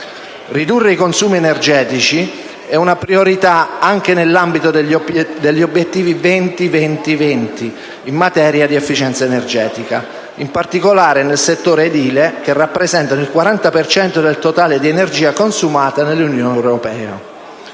Ridurre i consumi energetici è una priorità anche nell'ambito degli obiettivi 20-20-20 in materia di efficienza energetica. In particolare, nel settore edile, essi rappresentano il 40 per cento del totale di energia consumata nell'Unione europea.